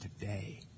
today